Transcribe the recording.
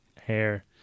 Hair